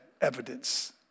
evidence